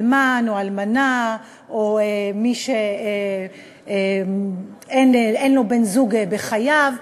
אלמן או אלמנה או מי שאין לו בן-זוג בחייו,